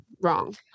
wrong